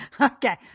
okay